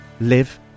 live